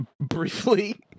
Briefly